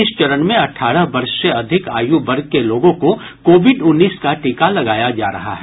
इस चरण में अठारह वर्ष से अधिक आयु वर्ग के लोगों को कोविड उन्नीस की टीका लगाया जा रहा है